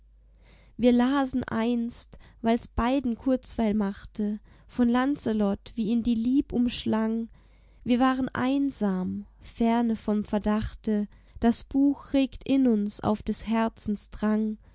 wir lasen einst weil's beiden kurzweil machte von lancelot wie ihn die lieb umschlang wir waren einsam ferne vom verdachte das buch regt in uns auf des herzens drang